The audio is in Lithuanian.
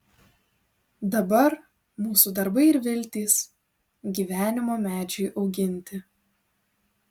dabar mūsų darbai ir viltys gyvenimo medžiui auginti